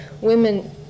women